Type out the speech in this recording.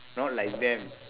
not like them